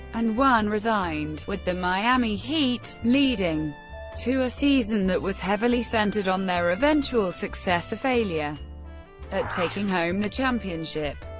and one resigned, with the miami heat, leading to a season that was heavily centered on their eventual success or failure at taking home the championship.